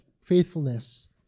faithfulness